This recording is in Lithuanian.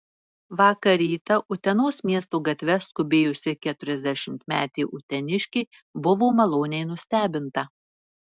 vakar rytą utenos miesto gatve skubėjusi keturiasdešimtmetė uteniškė buvo maloniai nustebinta